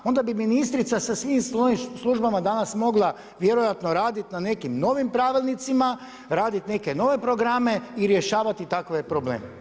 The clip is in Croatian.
Onda bi ministrica sa svim svojim službama danas mogla vjerojatno raditi na nekim novim pravilnicima, raditi neke nove programe i rješavati takve probleme.